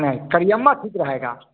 नहीं करियम्मा ठीक रहेगा